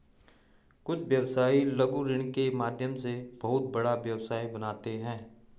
कुछ व्यवसायी लघु ऋण के माध्यम से बहुत बड़ा व्यवसाय बनाते हैं